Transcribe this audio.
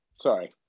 sorry